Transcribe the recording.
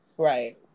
Right